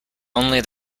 only